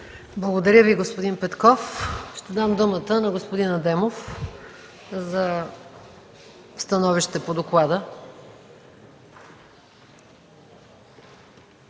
Благодаря Ви, господин Петков. Ще дам думата на господин Адемов за становище по доклада.